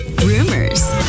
Rumors